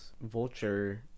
vulture